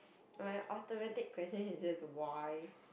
my automatic question is just why